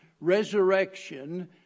resurrection